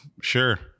Sure